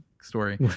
story